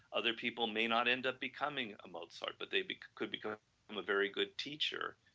other people may not end up becoming a mozart, but they could become a very good teacher,